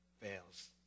fails